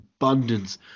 abundance